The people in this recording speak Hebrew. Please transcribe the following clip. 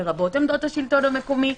לרבות עמדות השלטון המקומי,